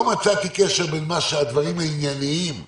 לא מצאתי קשר בין הדברים הענייניים שאמרת,